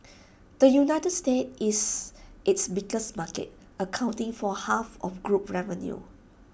the united states is its biggest market accounting for half of group revenue